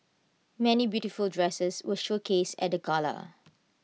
many beautiful dresses were showcased at the gala